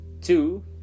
two